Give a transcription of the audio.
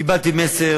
קיבלתי מסר,